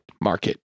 Market